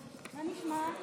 בלי שום ימי חסד.